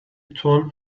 told